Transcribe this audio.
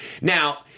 Now